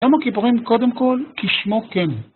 למה כיפורים קודם כל? כי שמו כן.